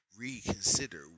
Reconsider